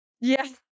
Yes